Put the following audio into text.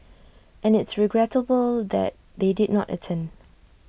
and it's regrettable that they did not attend